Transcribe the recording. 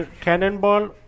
cannonball